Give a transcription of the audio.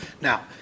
Now